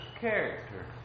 character